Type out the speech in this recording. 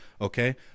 Okay